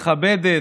מכבדת.